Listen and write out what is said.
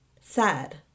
Sad